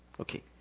Okay